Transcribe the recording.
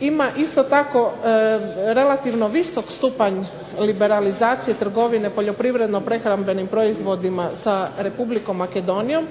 ima isto tako relativno visok stupanj liberalizacije trgovine poljoprivredno-prehrambenim proizvodima sa Republikom Makedonijom,